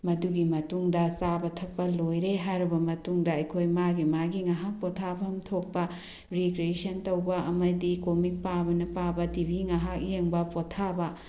ꯃꯗꯨꯒꯤ ꯃꯇꯨꯡꯗ ꯆꯥꯕ ꯊꯛꯄ ꯂꯣꯏꯔꯦ ꯍꯥꯏꯔꯕ ꯃꯇꯨꯡꯗ ꯑꯩꯈꯣꯏ ꯃꯥꯒꯤ ꯃꯥꯒꯤ ꯉꯥꯏꯍꯥꯛ ꯄꯣꯊꯥꯐꯝ ꯊꯣꯛꯄ ꯔꯤꯀ꯭ꯔꯤꯌꯦꯁꯟ ꯇꯧꯕ ꯑꯃꯗꯤ ꯀꯣꯃꯤꯛ ꯄꯥꯕꯅ ꯄꯥꯕ ꯇꯤ ꯚꯤ ꯉꯥꯏꯍꯥꯛ ꯌꯦꯡꯕ ꯄꯣꯊꯥꯕ